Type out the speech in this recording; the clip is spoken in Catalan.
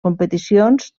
competicions